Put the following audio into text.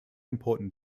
important